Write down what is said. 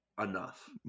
enough